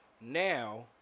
Now